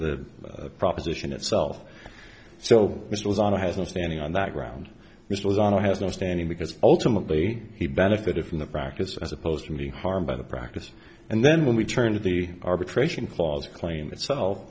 the proposition itself so it was on a has no standing on that ground it was on has no standing because ultimately he benefited from the practice as opposed to being harmed by the practice and then when we turn to the arbitration clause claim itself